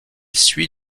suit